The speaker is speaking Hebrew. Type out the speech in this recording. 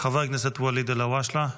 חבר הכנסת ואליד אלהואשלה,